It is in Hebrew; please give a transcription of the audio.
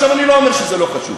אני לא אומר שזה לא חשוב.